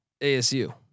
ASU